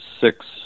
six